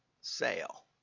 sale